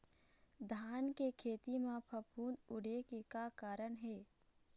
धान के खेती म फफूंद उड़े के का कारण हे?